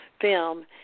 film